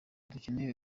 dukeneye